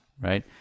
right